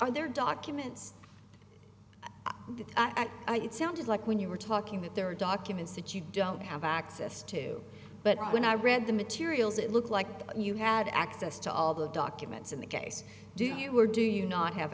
are there documents that i know it sounded like when you were talking that there are documents that you don't have access to but when i read the materials it looks like you had access to all the documents in the case do you or do you not have